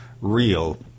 real